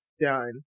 done